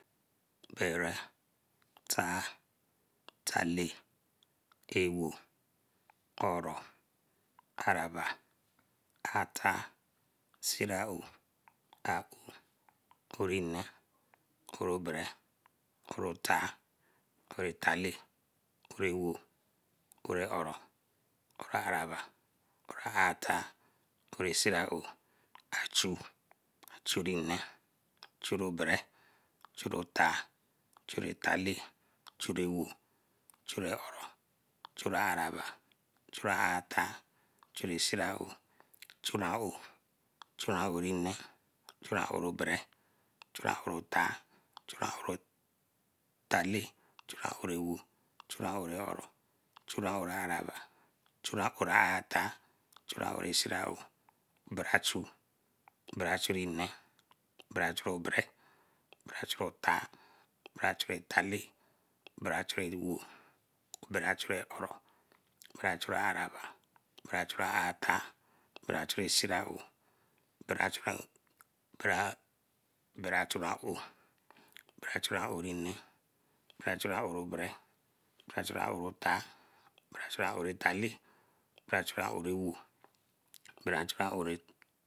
Bere, tara, talle, ewo, oro, araba, atar siraou, aowe, orene, ore obere, ore tar, oro talle, ore wo, ore araba, ore siraou, achu, achu nne, achun obere, achun otar, achun talle, chure atar, chura siraou, chura ouwe, chura ouwe nne, chura ouwe obere, chura ouwe ewo, chura ouwa oro, chura ouwe siraou, bere achu, bere achuri nne, bere achuri obere, bere achuri otar, bere achuri talle, bere achuri ewo, bere churi oro, bere achuri araba, bere achuri atar, bere churi siraou bere achuri aowe, bere churi oro tar, bere churi oro talle, bere achuri oro ewo, bere achuri.